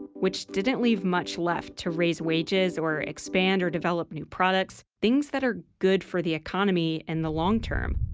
which didn't leave much left to raise wages or expand or develop new products, things that are good for the economy in the long-term.